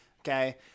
Okay